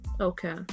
Okay